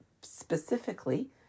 specifically